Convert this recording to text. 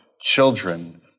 Children